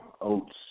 oats